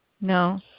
No